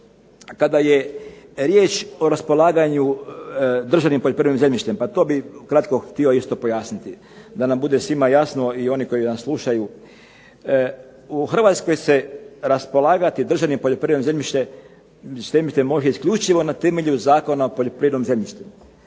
Kada je riječ o raspolaganju državnim poljoprivrednim zemljištem, to bih ukratko htio isto pojasniti da nam bude svima jasno i onima koji nas slušaju. U Hrvatskoj se raspolagati državnim poljoprivrednim zemljištem može isključivo na temelju Zakona o poljoprivrednom zemljištu,